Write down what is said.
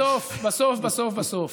בסוף בסוף בסוף,